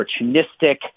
opportunistic